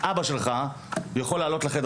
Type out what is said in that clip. אבא שלך יכול לעלות לחדר